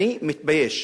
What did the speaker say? אני מתבייש.